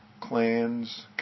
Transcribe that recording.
clans